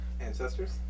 ancestors